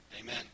Amen